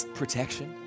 protection